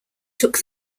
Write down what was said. took